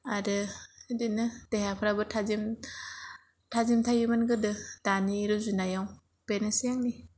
आरो बिब्दिनो देहाफ्राबो थाजिम थायोमोन गोदो दानि रुजुनायाव बेनोसै आंनि